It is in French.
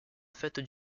fête